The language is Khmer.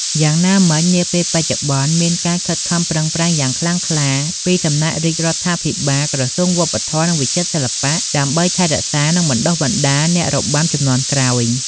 យ៉ាងណាមិញ នាពេលបច្ចុប្បន្ន មានការខិតខំប្រឹងប្រែងយ៉ាងខ្លាំងក្លាពីសំណាក់រាជរដ្ឋាភិបាល ក្រសួងវប្បធម៌ និងវិចិត្រសិល្បៈ ដើម្បីថែរក្សា និងបណ្តុះបណ្តាលអ្នករបាំជំនាន់ក្រោយ។